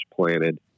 planted